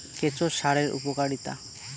কেঁচো সারের উপকারিতা?